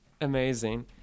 Amazing